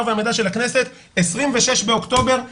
והמידע של הכנסת 26 באוקטובר 2020,2021,